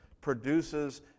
produces